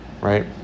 right